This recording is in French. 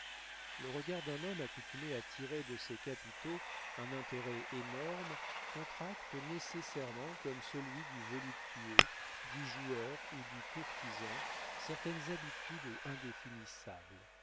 le regard d'un homme accoutumé à tirer de ses capitaux un intérêt énorme contracte nécessairement comme celui du voluptueux du joueur ou du courtisan certaines habitudes indéfinissables